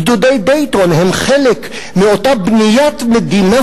גדודי דייטון הם חלק מאותה בניית מדינה